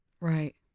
Right